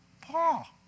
Paul